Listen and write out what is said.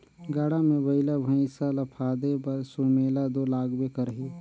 गाड़ा मे बइला भइसा ल फादे बर सुमेला दो लागबे करही